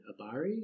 Abari